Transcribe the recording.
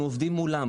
אנחנו עובדים מולם,